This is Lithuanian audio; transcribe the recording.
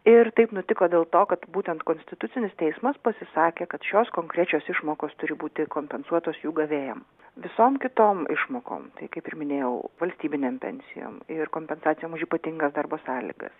ir taip nutiko dėl to kad būtent konstitucinis teismas pasisakė kad šios konkrečios išmokos turi būti kompensuotos jų gavėjam visom kitom išmokom tai kaip ir minėjau valstybinėm pensijom ir kompensacijom už ypatingas darbo sąlygas